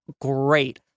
great